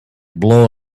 blow